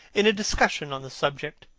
in a discussion on the subject,